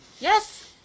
Yes